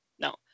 no